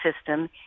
system